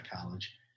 college